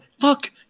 look